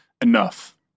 enough